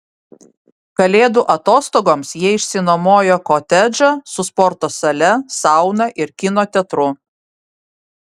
kalėdų atostogoms jie išsinuomojo kotedžą su sporto sale sauna ir kino teatru